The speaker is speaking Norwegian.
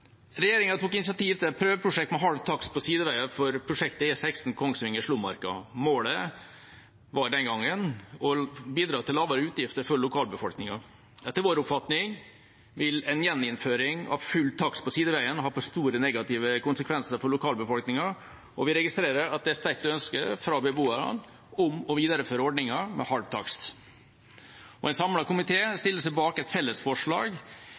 Regjeringa tok initiativ til et prøveprosjekt med halv takst på sideveier for prosjektet E16 Kongsvinger–Slomarka. Målet var den gangen å bidra til lavere utgifter for lokalbefolkningen. Etter vår oppfatning vil en gjeninnføring av full takst på sideveiene ha for store negative konsekvenser for lokalbefolkningen, og vi registrerer at det er et sterkt ønske fra beboerne om å videreføre ordningen med halv takst. En samlet komité stiller seg bak et